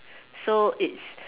so it's